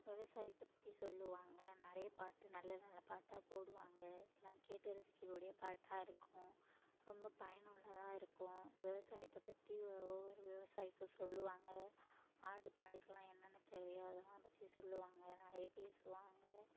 விவசாயத்தை பற்றி சொல்லுவாங்க நிறைய பாட்டு நல்ல நல்ல பாட்டாக போடுவாங்க எல்லாம் கேட்டு ரசிக்கக்கூடிய பாட்டாக இருக்கும் ரொம்ப பயனுள்ளதாக இருக்கும் விவசாயத்தை பற்றி ஒவ்வொரு விவசாயிக்கும் சொல்லுவாங்க ஆடு மாடுக்குலாம் என்னென்ன தேவையோ அதெல்லாம் பற்றி சொல்லுவாங்க நிறைய பேசுவாங்க